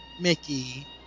Mickey